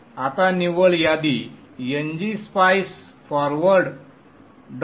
आता निव्वळ यादी ngSpice forward